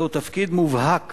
זהו תפקיד מובהק